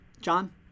John